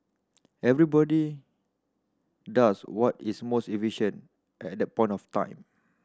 everybody does what is most efficient at that point of time